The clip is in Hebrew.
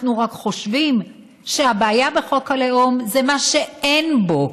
אנחנו רק חושבים שהבעיה בחוק הלאום זה מה שאין בו,